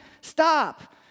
stop